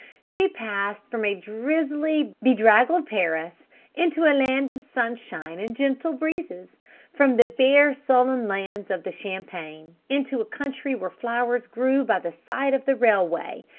she passed from a drizzly, bedraggled paris into a land of sunshine and gentle breezes from the bare sullen lands of the champagne, into a country where flowers grew by the side of the railway,